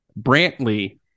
Brantley